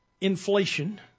inflation